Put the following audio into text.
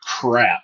crap